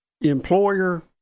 employer